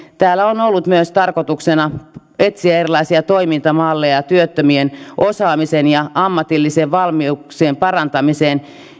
täällä on ollut tarkoituksena myös etsiä erilaisia toimintamalleja työttömien osaamisen ja ammatillisten valmiuksien parantamiseen